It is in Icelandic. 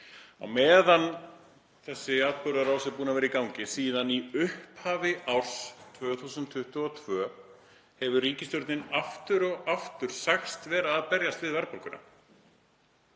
Á meðan þessi atburðarás hefur verið í gangi, síðan í upphafi ársins 2022, hefur ríkisstjórnin aftur og aftur sagst vera að berjast við verðbólguna.